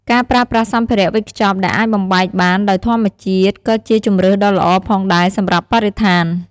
ការប្រើប្រាស់សម្ភារៈវេចខ្ចប់ដែលអាចបំបែកបានដោយធម្មជាតិក៏ជាជម្រើសដ៏ល្អផងដែរសម្រាប់បរិស្ថាន។